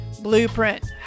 Blueprint